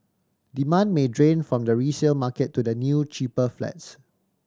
demand may drain from the resale market to the new cheaper flats